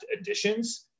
additions